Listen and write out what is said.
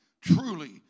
truly